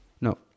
No